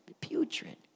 putrid